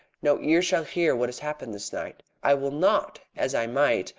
no ear shall hear what has happened this night. i will not, as i might,